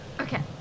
Okay